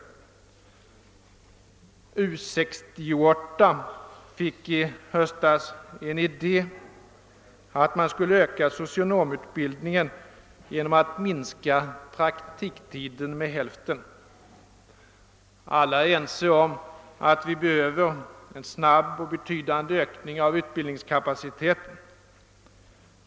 U 68 fick i höstas idén att man skulle möjliggöra en ökning av socionomutbildningen genom att minska praktiktiden med hälften. Alla är ense om att vi behöver en snabb och betydande ökning av utbildningskapaciteten.